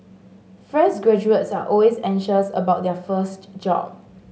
fresh graduates are always anxious about their first job